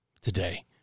today